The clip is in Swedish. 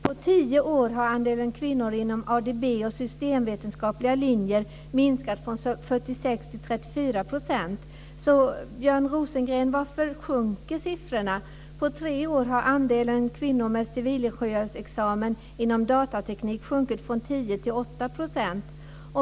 På tio år har andelen kvinnor inom till 34 %. Björn Rosengren: Varför sjunker siffrorna? På tre år har andelen kvinnor med civilingenjörsexamen inom datateknik sjunkit från 10 till 8 %.